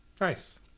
Nice